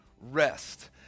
rest